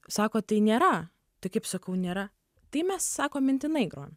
sako tai nėra tai kaip sakau nėra tai mes sako mintinai grojam